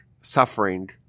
suffering